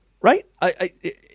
right